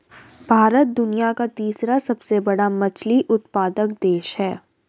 भारत दुनिया का तीसरा सबसे बड़ा मछली उत्पादक देश है